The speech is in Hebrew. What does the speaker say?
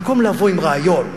במקום לבוא עם רעיון,